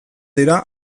dira